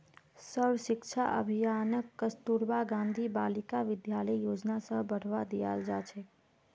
सर्व शिक्षा अभियानक कस्तूरबा गांधी बालिका विद्यालय योजना स बढ़वा दियाल जा छेक